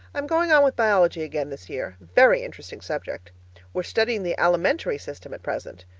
i'm going on with biology again this year very interesting subject we're studying the alimentary system at present.